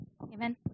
Amen